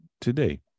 today